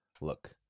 Look